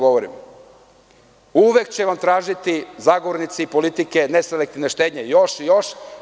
Uvek će vam tražiti zagovornici politike neselektivne štednje još i još.